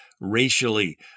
racially